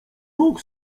rok